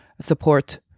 support